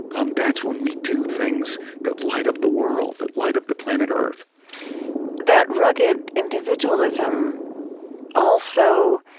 um that's when we do things that light up the world, that light up the planet earth that rugged individualism also